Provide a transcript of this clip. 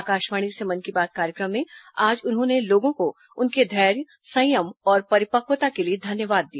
आकाशवाणी से मन की बात कार्यक्रम में आज उन्होंने लोगों को उनके धैर्य संयम और परिपक्वता के लिए धन्यवाद दिया